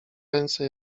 ręce